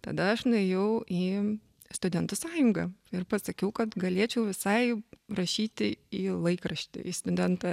tada aš nuėjau į studentų sąjungą ir pasakiau kad galėčiau visai rašyti į laikraštį į studentą